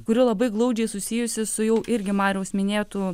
kuri labai glaudžiai susijusi su jau irgi mariaus minėtu